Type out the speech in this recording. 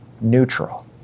neutral